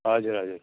हजुर हजुर